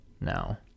now